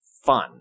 fun